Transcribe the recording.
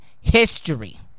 history